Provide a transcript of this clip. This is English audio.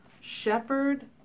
shepherd